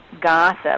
gossip